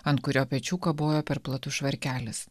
ant kurio pečių kabojo per platus švarkelis